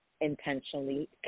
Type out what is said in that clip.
intentionally